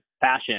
fashion